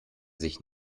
sich